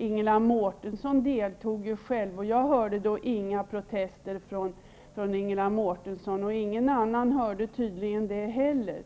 Ingela Mårtensson deltog själv. Jag hörde då inga protester från Ingela Mårtensson, och ingen annan hörde tydligen det heller.